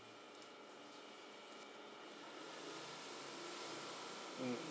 mm